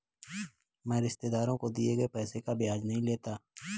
मैं रिश्तेदारों को दिए गए पैसे का ब्याज नहीं लेता